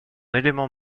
élément